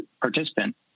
participant